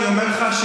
אני אומר לך,